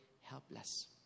helpless